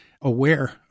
aware